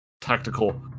tactical